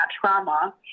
trauma